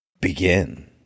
begin